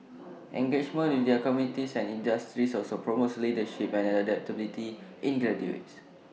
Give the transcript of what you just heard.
engagement with their communities and industries also promotes leadership and adaptability in graduates